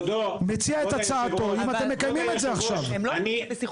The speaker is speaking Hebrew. יש מקום לשבת